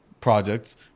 projects